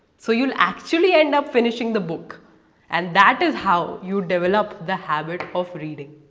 so you'll actually end up finishing the book and that is how you develop the habit of reading.